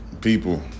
people